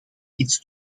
iets